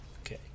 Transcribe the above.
Okay